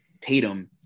Tatum